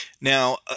Now